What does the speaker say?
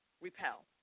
repel